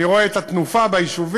אני רואה את התנופה ביישובים.